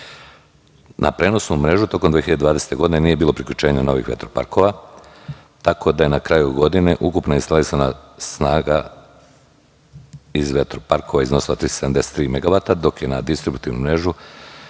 prenosnu mrežu, tokom 2020. godine nije bilo priključenja novih vetroparkova, tako da je na kraju godine ukupna snaga iz vetroparkova iznosila 373 megavata, dok je na distributivnu mrežu